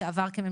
שעבר כהצעה